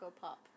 Pop